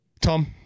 Tom